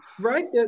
right